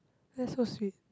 that's so sweet